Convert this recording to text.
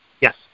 Yes